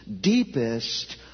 deepest